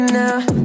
now